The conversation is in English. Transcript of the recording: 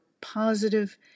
positive